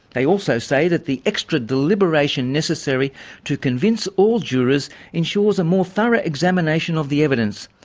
they also say that the extra deliberation necessary to convince all jurors ensures a more thorough examination of the evidence.